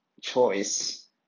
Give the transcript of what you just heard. choice